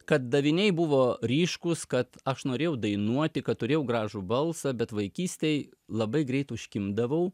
kad daviniai buvo ryškūs kad aš norėjau dainuoti kad turėjau gražų balsą bet vaikystėj labai greit užkimdavau